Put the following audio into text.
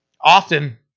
often